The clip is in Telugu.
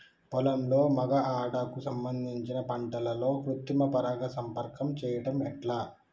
పొలంలో మగ ఆడ కు సంబంధించిన పంటలలో కృత్రిమ పరంగా సంపర్కం చెయ్యడం ఎట్ల?